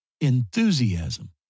enthusiasm